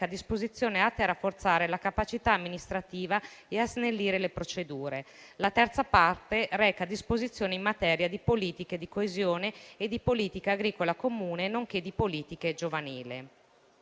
disposizioni atte a rafforzare la capacità amministrativa e a snellire le procedure. La terza parte reca disposizioni in materia di politiche di coesione e di politica agricola comune, nonché di politiche giovanili.